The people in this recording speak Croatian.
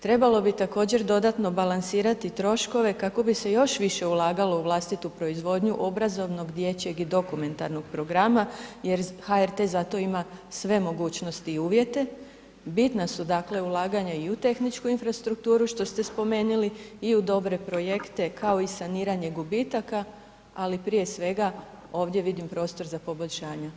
Trebalo bi također dodatno balansirat i troškove kako bi se još više ulagalo u vlastitu proizvodnju obrazovnog, dječjeg i dokumentarnog programa jer HRT za to ima sve mogućnosti i uvjete, bitna su, dakle ulaganja i u tehničku infrastrukturu što ste spomenili i u dobre projekte, kao i saniranje gubitaka, ali prije svega ovdje vidim prostor za poboljšanje.